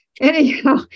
Anyhow